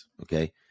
okay